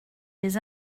les